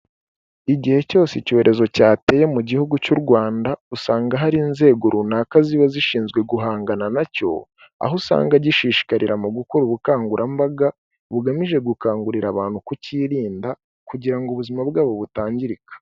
Igihe cyose icyorezo cyateye mu gihugu cy'u Rwanda, usanga hari inzego runaka ziba zishinzwe guhangana na cyo, aho usanga gishishikarira mu gukora ubukangurambaga, bugamije gukangurira abantu kucyirinda kugira ngo ubuzima bwabo butangirika.